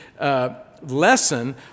lesson